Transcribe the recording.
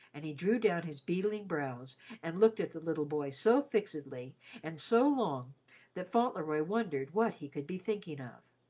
and he drew down his beetling eyebrows and looked at the little boy so fixedly and so long that fauntleroy wondered what he could be thinking of.